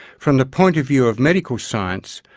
from the point of view of medical science,